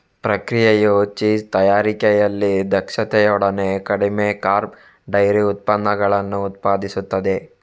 ಪ್ರಕ್ರಿಯೆಯು ಚೀಸ್ ತಯಾರಿಕೆಯಲ್ಲಿ ದಕ್ಷತೆಯೊಡನೆ ಕಡಿಮೆ ಕಾರ್ಬ್ ಡೈರಿ ಉತ್ಪನ್ನಗಳನ್ನು ಉತ್ಪಾದಿಸುತ್ತದೆ